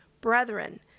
Brethren